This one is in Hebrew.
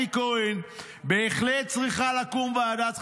אלי כהן: "בהחלט צריכה לקום ועדת חקירה,